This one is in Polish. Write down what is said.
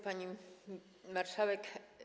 Pani Marszałek!